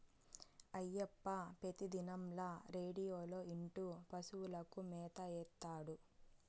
అయ్యప్ప పెతిదినంల రేడియోలో ఇంటూ పశువులకు మేత ఏత్తాడు